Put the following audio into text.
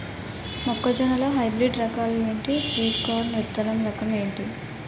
మొక్క జొన్న లో హైబ్రిడ్ రకాలు ఎంటి? స్వీట్ కార్న్ విత్తన రకం ఏంటి?